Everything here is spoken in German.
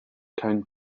kein